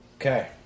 Okay